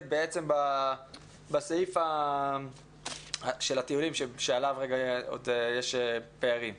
בסעיף של הטיולים שעליו יש פערים.